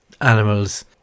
animals